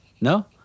No